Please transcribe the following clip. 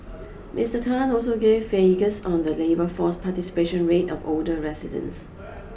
Mister Tan also gave figures on the labour force participation rate of older residents